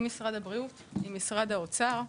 עם משרד הבריאות, עם משרד האוצר,